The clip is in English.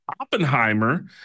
Oppenheimer